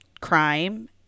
crime